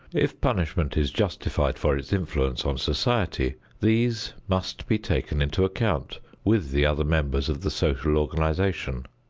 if punishment is justified for its influence on society, these must be taken into account with the other members of the social organization.